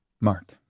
Mark